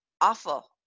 awful